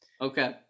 Okay